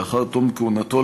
לאחר תום כהונתו,